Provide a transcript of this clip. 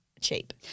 cheap